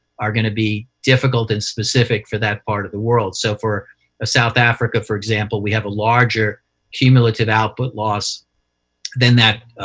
are going to be difficult and specific for that part of the world. so for a south africa, for example, we have a larger cumulative output loss than that